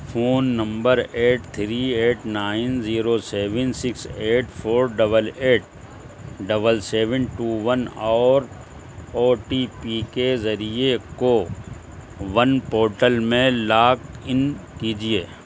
phone number eight three eight nine zero seven six eight four double eight double seven two one اور O T P کے ذریعے CoWIN portal میں log in کیجیے